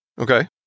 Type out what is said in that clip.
Okay